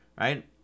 right